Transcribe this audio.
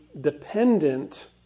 dependent